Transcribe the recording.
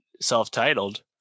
self-titled